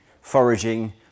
foraging